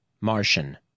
MARTIAN